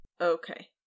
Okay